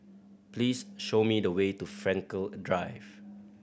please show me the way to Frankel Drive